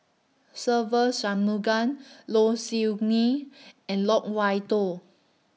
Se Ve Shanmugam Low Siew Nghee and Loke Wan Tho